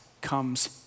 comes